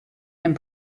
and